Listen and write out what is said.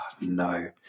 no